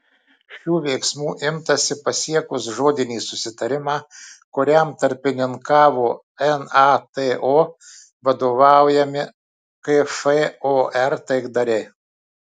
šių veiksmų imtasi pasiekus žodinį susitarimą kuriam tarpininkavo nato vadovaujami kfor taikdariai